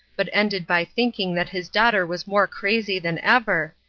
but ended by thinking that his daughter was more crazy than ever,